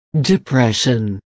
depression